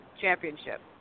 championship